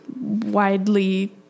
widely